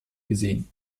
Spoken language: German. gesehen